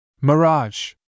Mirage